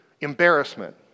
embarrassment